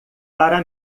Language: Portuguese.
para